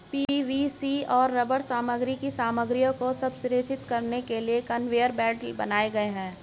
PVC और rubber सामग्री की सामग्रियों को संप्रेषित करने के लिए कन्वेयर बेल्ट बनाए गए हैं